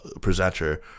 Presenter